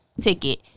ticket